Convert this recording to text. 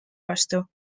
vastu